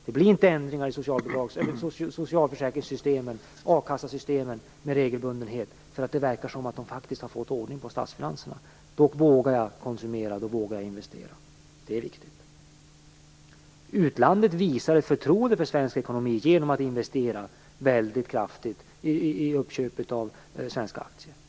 Det blir inte ändringar i socicalförsäkringssystemen och a-kassesystemen med regelbundenhet bara därför att det verkar som att man har fått ordning på statsfinanserna. Då vågar de konsumera, och då vågar de investera. Det är viktigt. Utlandet visar ett förtroende för svensk ekonomi genom att investera väldigt kraftigt i uppköp av svenska aktier.